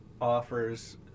offers